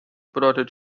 bedeutet